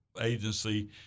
agency